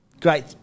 Great